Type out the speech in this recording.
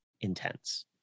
intense